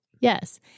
Yes